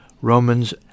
Romans